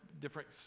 different